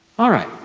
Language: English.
alright,